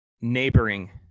neighboring